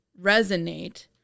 resonate